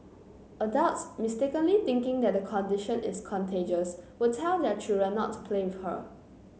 adults mistakenly thinking that the condition is contagious would tell their children not to play with her